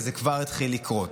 וזה כבר התחיל לקרות.